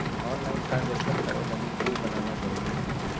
online transaction करे लगी PIN बनाना जरुरी होबो हइ